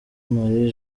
marie